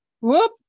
Whoop